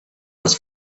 was